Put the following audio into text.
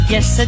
Yes